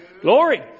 Glory